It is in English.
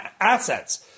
assets